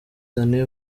danny